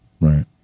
Right